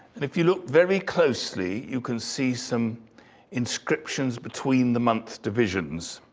and if you look very closely, you can see some inscriptions between the month divisions.